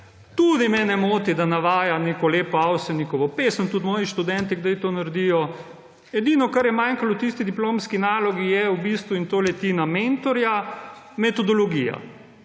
tudi ne moti, da navaja neko lepo Avsenikovo pesem, tudi moji študenti kdaj to naredijo. Edino, kar je manjkalo v tisti diplomski nalogi, je v bistvu – in to leti na mentorja – metodologija.